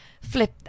flip